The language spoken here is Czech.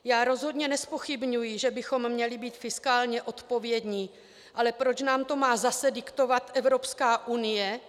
Já rozhodně nezpochybňuji, že bychom měli být fiskálně odpovědní, ale proč nám to má zase diktovat Evropská unie?